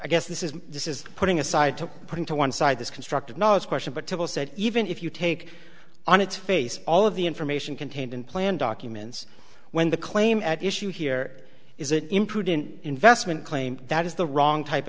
i guess this is this is putting aside to put into one side this constructive knowledge question but to all said even if you take on its face all of the information contained in plan documents when the claim at issue here is an imprudent investment claim that is the